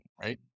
right